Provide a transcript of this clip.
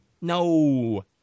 no